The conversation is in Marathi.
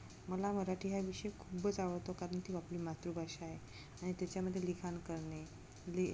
मला मराठी हा विषय खूपच आवडतो कारण ती आपली मातृभाषा आहे आणि त्याच्यामध्ये लिखाण करणे लि